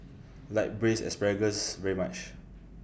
like Braised Asparagus very much